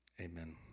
Amen